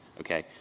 okay